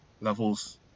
levels